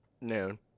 noon